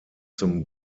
zum